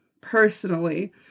personally